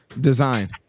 design